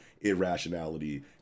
irrationality